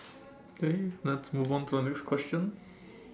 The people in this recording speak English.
okay let's move on to the next question